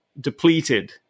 depleted